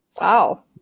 Wow